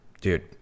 dude